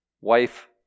wife